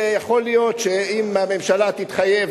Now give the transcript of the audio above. יכול להיות שאם הממשלה תתחייב,